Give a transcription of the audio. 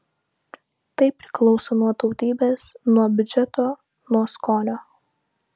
tai priklauso nuo tautybės nuo biudžeto nuo skonio